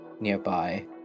nearby